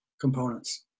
components